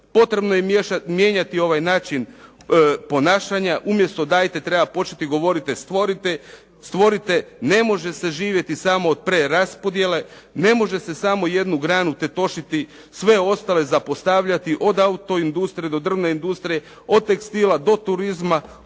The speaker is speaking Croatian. potrebno je mijenjati ovaj način ponašanja, umjesto dajte treba početi govoriti stvorite, ne može se živjeti samo od preraspodjele, ne može se samo jednu granu tetošiti, sve ostale zapošljavati, od autoindustrije, do drvne industrije, od tekstila do turizma,